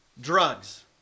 Drugs